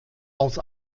aus